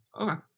Okay